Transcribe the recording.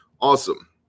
Awesome